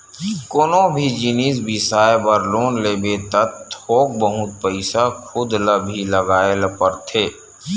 कोनो भी जिनिस बिसाए बर लोन लेबे त थोक बहुत पइसा खुद ल भी लगाए ल परथे